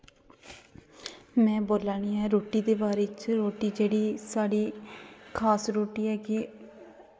में बोल्ला नी आं रुट्टी दे बारै च रुट्टी जेह्ड़ी साढ़ी खास रुट् ऐ कि